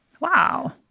Wow